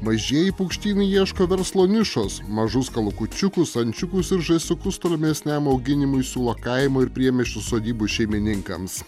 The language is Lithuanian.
mažieji paukštynai ieško verslo nišos mažus kalakučiukus ančiukus ir žąsiukus tolimesniam auginimui siūlo kaimo ir priemiesčių sodybų šeimininkams